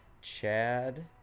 Chad